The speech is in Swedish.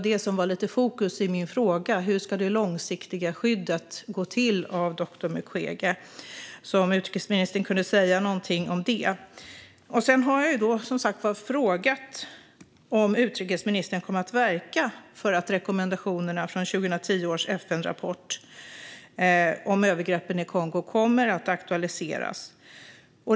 Det som var fokus för min fråga var dock hur det långsiktiga skyddet av doktor Mukwege gå till. Kan utrikesministern säga någonting om det? Jag har som sagt också frågat om utrikesministern kommer att verka för att rekommendationerna från 2010 års FN-rapport om övergreppen i Kongo aktualiseras.